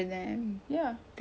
it makes everything easier